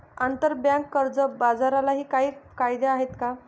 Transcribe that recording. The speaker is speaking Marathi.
आंतरबँक कर्ज बाजारालाही काही कायदे आहेत का?